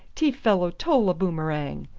tief fellow tole a boomerang.